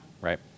right